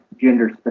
gender